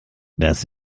das